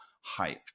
hype